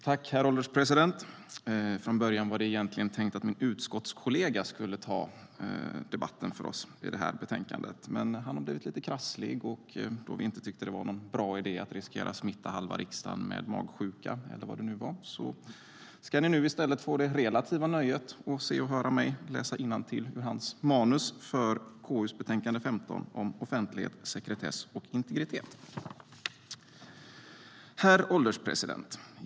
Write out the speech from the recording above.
Herr ålderspresident! Det var egentligen tänkt att min utskottskollega skulle delta i den här debatten, men har han blivit sjuk och kammaren får i stället det relativa nöjet att höra mig läsa innantill från hans manus gällande KU:s betänkande nr 15 om offentlighet, sekretess och integritet. Herr ålderspresident!